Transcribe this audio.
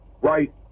Right